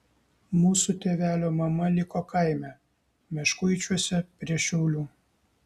mūsų tėvelio mama liko kaime meškuičiuose prie šiaulių